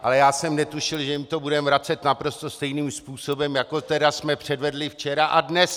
Ale já jsem netušil, že jim to budeme vracet naprosto stejným způsobem, jako jsme předvedli včera a dnes!